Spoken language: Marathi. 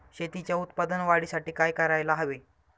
शेतीच्या उत्पादन वाढीसाठी काय करायला हवे?